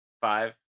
Five